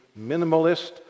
minimalist